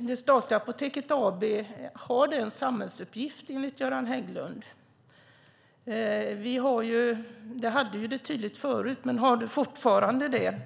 det statliga Apoteket AB att ha denna samhällsuppgift, enligt Göran Hägglund? Det hade det tydligt förut, men har det fortfarande det?